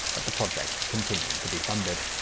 had the project continued to be funded.